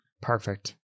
Perfect